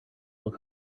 look